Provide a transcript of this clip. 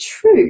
true